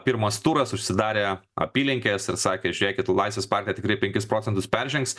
pirmas turas užsidarė apylinkės ir sakė žiūrėkit laisvės partija tikrai penkis procentus peržengs